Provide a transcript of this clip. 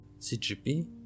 CGP